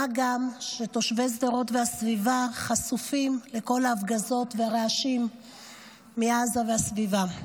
מה גם שתושבי שדרות והסביבה חשופים לכל ההפגזות והרעשים מעזה והסביבה.